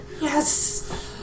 Yes